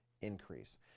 increase